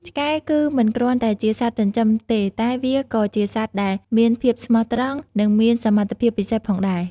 ឆ្កែគឺមិនគ្រាន់តែជាសត្វចិញ្ចឹមទេ តែវាក៏ជាសត្វដែលមានភាពស្មោះត្រង់និងមានសមត្ថភាពពិសេសផងដែរ។